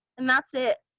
and that's it.